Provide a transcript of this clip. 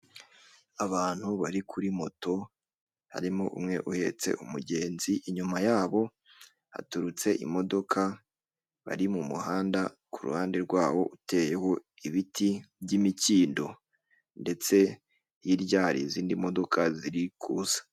Abantu bari kuri moto harimo umwe uhetse umugenzi inyuma yabo haturutse imodoka bari mu muhanda ku ruhande rwawo uteyeho ibiti by'imikindo ndetse hirya hari izindi modoka ziri kuza.